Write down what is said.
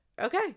Okay